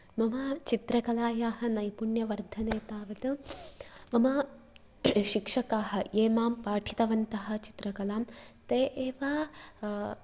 मम चित्रकलायाः नैपुण्यवर्धने तावत् मम शिक्षकाः ये मां पाठितवन्तः चित्रकलां ते एव